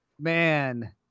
man